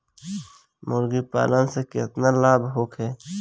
मुर्गीपालन से केतना लाभ होखे?